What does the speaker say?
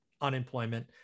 unemployment